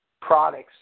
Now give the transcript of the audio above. products